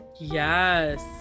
Yes